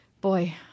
boy